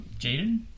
Jaden